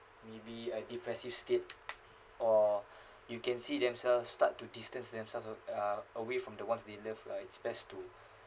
maybe a depressive state or you can see themselves start to distance themselves of uh away from the one they love right it's best to